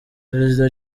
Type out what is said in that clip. perezida